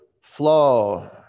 Flow